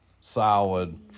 solid